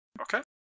Okay